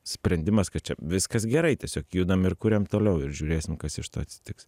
sprendimas kad čia viskas gerai tiesiog judam ir kuriam toliau ir žiūrėsim kas iš to atsitiks